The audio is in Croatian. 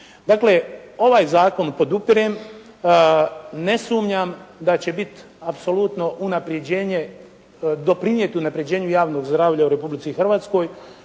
Dakle, ovaj zakon podupirem. Ne sumnjam da će biti apsolutno unapređenje, doprinijeti unapređenju javnog zdravlja u Republici Hrvatskoj